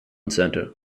centre